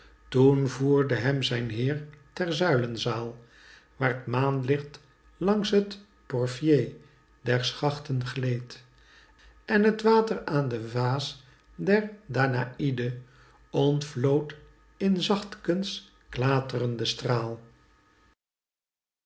toen voerde hem zijn heer ter zuilenzaal waar t maanhcht langs t porfier der schachten gleed en t water aan de vaas der danai'de ontvloot in zachtkens klaterenden straal